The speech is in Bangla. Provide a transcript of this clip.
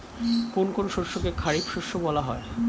কোন কোন শস্যকে খারিফ শস্য বলা হয়?